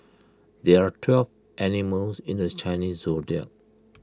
there are twelve animals in this Chinese Zodiac